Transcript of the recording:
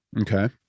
okay